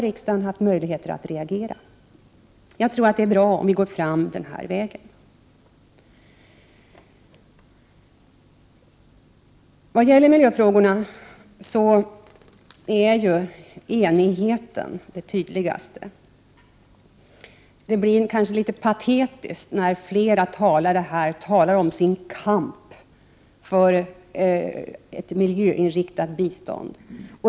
Riksdagen har haft möjligheter att reagera på detta. Jag tror att det är bra om vi går fram den här vägen. När det gäller miljöfrågorna är enigheten tydligast. Det blir litet patetiskt när flera talare här talar om sin ”kamp” för ett miljöinriktat bistånd.